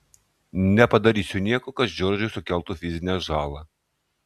nepadarysiu nieko kas džordžui sukeltų fizinę žalą